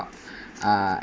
uh